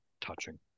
touching